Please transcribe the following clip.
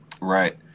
right